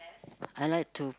I like to